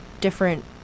different